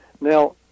now